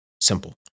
Simple